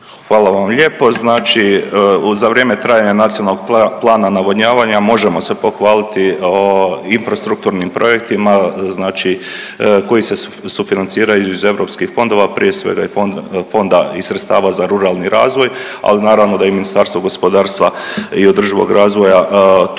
Hvala vam lijepo. Znači za vrijeme trajanja Nacionalnog plana navodnjavanja možemo se pohvaliti infrastrukturnim projektima znači koji se sufinanciraju iz europskih fondova. Prije svega i fonda i sredstava za ruralni razvoj, ali naravno da i Ministarstvo gospodarstva i održivog razvoja tu